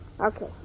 okay